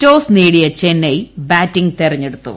toss നേടിയ Chennai batting തെരഞ്ഞെടുത്തു